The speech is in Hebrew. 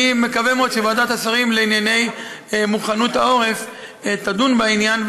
אני מקווה מאוד שוועדת השרים לענייני מוכנות העורף תדון בעניין,